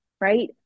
right